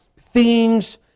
themes